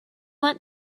went